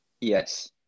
Yes